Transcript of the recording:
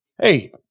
hey